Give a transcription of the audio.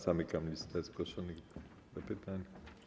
Zamykam listę zgłoszonych do pytań.